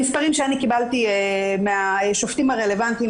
המספרים שקיבלתי מהשופטים הרלוונטיים